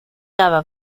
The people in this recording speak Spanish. cada